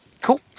Cool